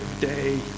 day